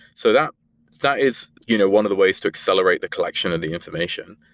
so that that is you know one of the ways to accelerate the collection of the information,